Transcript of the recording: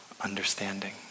understanding